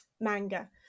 manga